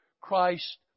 Christ